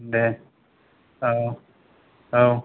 दे औ औ